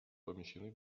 помещены